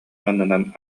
аннынан